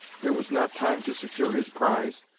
there was not time to secure his prize,